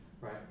right